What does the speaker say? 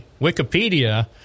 Wikipedia